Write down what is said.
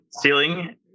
ceiling